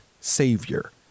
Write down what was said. Savior